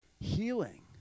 Healing